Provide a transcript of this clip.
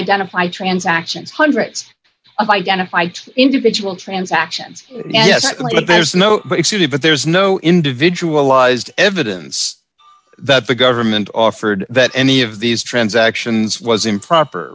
identify transactions hundreds of identified individual transactions but there's no exceeded but there's no individualized evidence that the government offered that any of these transactions was improper